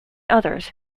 others